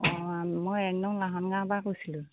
অঁ মই এক নং লাহন গাঁৱৰপৰা কৈছিলোঁ